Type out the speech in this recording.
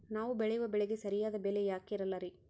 ನಾವು ಬೆಳೆಯುವ ಬೆಳೆಗೆ ಸರಿಯಾದ ಬೆಲೆ ಯಾಕೆ ಇರಲ್ಲಾರಿ?